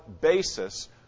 basis